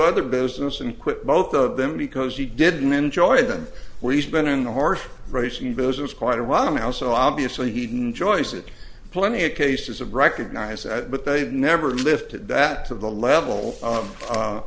other business and quit both of them because he didn't enjoy them where he's been in the horse racing business quite a while now so obviously he didn't joyce it plenty of cases of recognize that but they've never lifted that to the level of